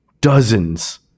dozens